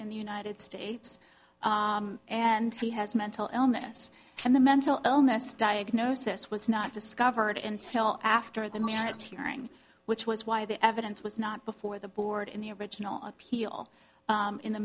in the united states and he has mental illness and the mental illness diagnosis was not discovered until after the not hearing which was why the evidence was not before the board in the original appeal in the